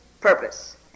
purpose